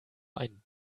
ein